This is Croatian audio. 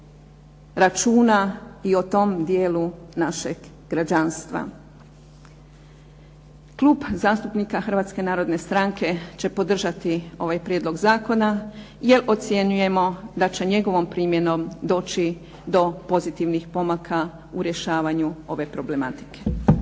računa i o tom dijelu našeg građanstva. Klub zastupnika Hrvatske narodne stranke će podržati ovaj prijedlog zakona, jer ocjenjujemo da će njegovom primjenom doći do pozitivnih pomaka u rješavanju ove problematike.